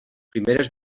primeres